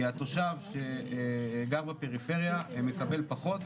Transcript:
כי התושב שגר בפריפריה מקבל פחות,